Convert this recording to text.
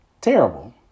Terrible